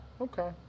Okay